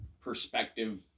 perspective